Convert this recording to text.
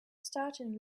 starting